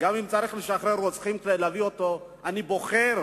גם אם צריך לשחרר רוצחים כדי להביא אותו, אני בוחר